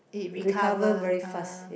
it recover ah